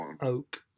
oak